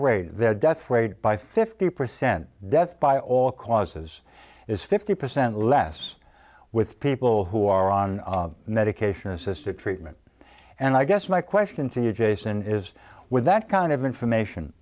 rate their death rate by fifty percent death by all causes is fifty percent less with people who are on medication assisted treatment and i guess my question to you jason is with that kind of information